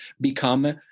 become